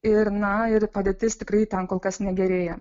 ir na ir padėtis tikrai ten kol kas negerėja